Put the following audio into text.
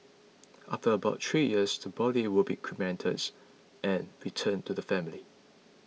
after about three years the body will be cremates and returned to the family